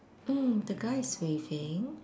mm the guy is waving